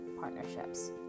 partnerships